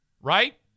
right